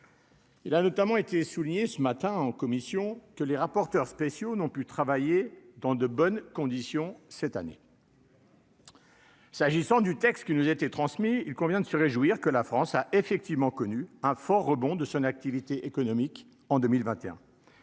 Il a notamment été souligné ce matin en commission que les rapporteurs spéciaux n'ont pu travailler dans de bonnes conditions cette année. S'agissant du texte qui nous a été transmis, il convient de se réjouir que la France a effectivement connu un fort rebond de son activité économique en 2021.